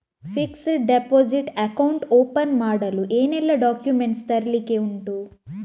Fixed deposit account open ಮಾಡಲು ಏನೆಲ್ಲಾ documents ತರ್ಲಿಕ್ಕೆ ಉಂಟು?